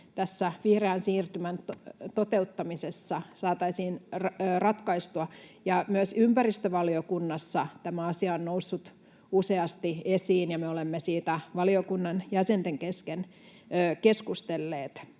vihreän siirtymän toteuttamisessa saataisiin ratkaistua. Ja myös ympäristövaliokunnassa tämä asia on noussut useasti esiin, ja me olemme siitä valiokunnan jäsenten kesken keskustelleet.